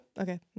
okay